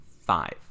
Five